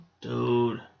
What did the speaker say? Dude